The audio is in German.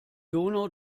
donau